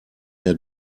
der